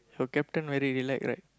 your captain very relax right